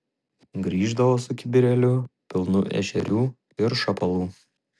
grįždavo su kibirėliu pilnu ešerių ir šapalų